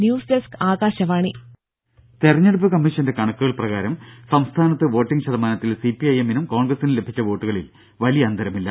രുഭ തെരഞ്ഞെടുപ്പ് കമ്മീഷന്റെ കണക്കുകൾ പ്രകാരം സംസ്ഥാനത്ത് വോട്ടിങ്ങ് ശതമാനത്തിൽ സിപിഐഎമ്മിനും കോൺഗ്രസിനും ലഭിച്ച വോട്ടുകളിൽ വലിയ അന്തരമില്ല